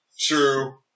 True